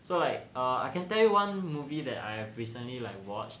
so like uh I can tell you one movie that I have recently like watched